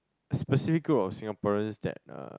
specific group of Singaporeans that uh